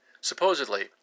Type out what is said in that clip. supposedly